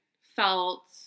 felt